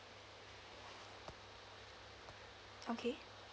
okay